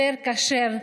יותר כשר,